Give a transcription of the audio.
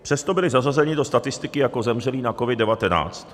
Přesto byli zařazeni do statistiky jako zemřelí na COVID19.